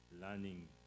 learning